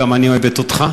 גם אני אוהבת אותך.